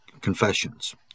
confessions